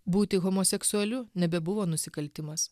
būti homoseksualiu nebebuvo nusikaltimas